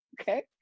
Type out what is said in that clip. Okay